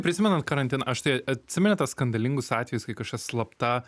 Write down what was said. prisimenant karantiną aš tai atsimeni tas skandalingus atvejus kai kažkas slapta